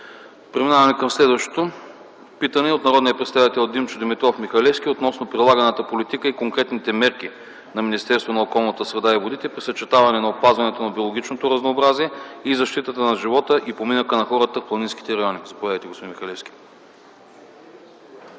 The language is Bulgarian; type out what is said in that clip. Преминаваме към питане от народния представител Димчо Михалевски относно прилаганата политика и конкретните мерки на Министерството на околната среда и водите при съчетаване на опазването на биологичното разнообразие и защита на живота и поминъка на хората в планинските райони. ДИМЧО МИХАЛЕВСКИ